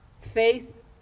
faith